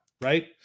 Right